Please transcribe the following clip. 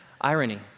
irony